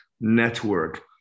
network